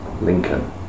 Lincoln